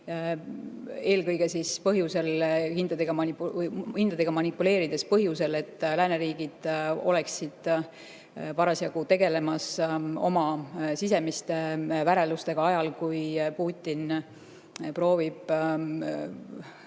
Eelkõige hindadega manipuleerides põhjusel, et lääneriigid oleksid parasjagu tegelemas oma sisemiste värelustega ajal, kui Putin proovib